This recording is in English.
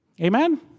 Amen